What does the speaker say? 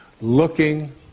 looking